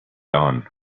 dawn